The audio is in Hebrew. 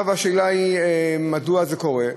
עכשיו, השאלה היא מדוע זה קורה.